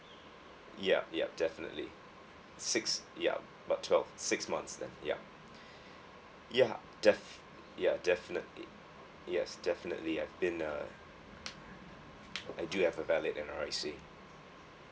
yup yup definitely six yup but twelve six months then yup ya death ya definitely yes definitely I've been uh I do have a valid N_R_I_C